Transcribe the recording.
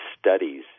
studies